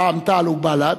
רע"ם-תע"ל ובל"ד,